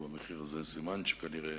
סימן שכנראה